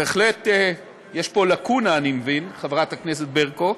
בהחלט יש פה לקונה, אני מבין, חברת הכנסת ברקו,